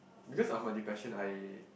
because I'm in a depression I